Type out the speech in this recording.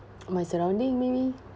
my surrounding maybe